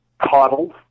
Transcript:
coddled